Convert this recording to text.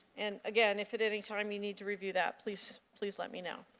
and again, if at any time you need to review that, please please let me know.